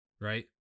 right